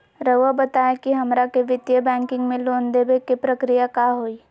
रहुआ बताएं कि हमरा के वित्तीय बैंकिंग में लोन दे बे के प्रक्रिया का होई?